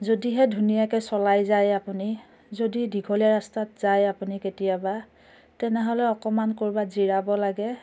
যদিহে ধুনীয়াকৈ চলাই যায় আপুনি যদি দীঘলীয়া ৰাস্তাত যায় আপুনি কেতিয়াবা তেনেহ'লে অকণমান ক'ৰবাত জিৰাব লাগে